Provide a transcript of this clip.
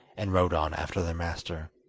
and rode on after their master.